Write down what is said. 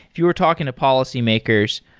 if you were talking to policymakers,